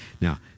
Now